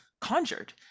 conjured